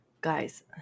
guys